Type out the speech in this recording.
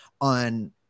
on